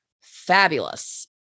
fabulous